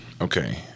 Okay